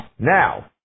Now